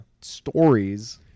stories